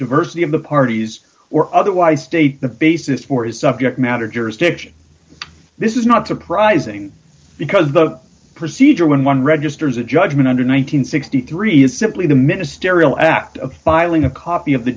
diversity of the parties or otherwise state the basis for his subject matter jurisdiction this is not surprising because the procedure when one registers a judgment under one thousand nine hundred and sixty three is simply the ministerial act of filing a copy of the